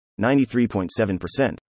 93.7%